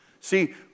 See